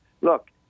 look